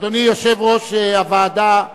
אדוני יושב-ראש הוועדה,